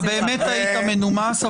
אתה באמת היית מנומס,